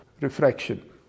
refraction